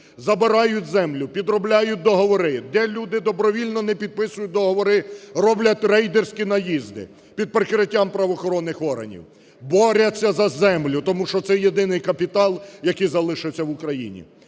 забирають землю, підробляють договори, де люди добровільно не підписують договори, роблять рейдерські наїзди під прикриттям правоохоронних органів, борються за землю, тому що це єдиний капітал, який залишився в Україні.